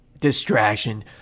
distraction